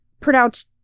pronounced